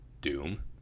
Doom